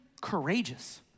courageous